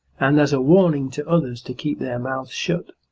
and as a warning to others to keep their mouths shut?